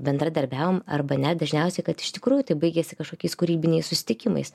bendradarbiavom arba ne dažniausiai kad iš tikrųjų tai baigėsi kažkokiais kūrybiniais susitikimais